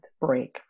break